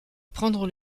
prendre